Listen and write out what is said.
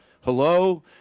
Hello